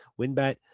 WinBet